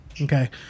Okay